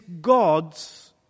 God's